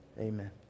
amen